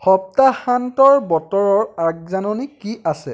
সপ্তাহান্তৰ বতৰৰ আগজাননী কি আছে